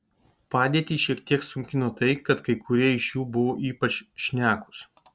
padėtį šiek tiek sunkino tai kad kai kurie iš jų buvo ypač šnekūs